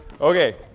Okay